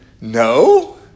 No